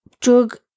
drug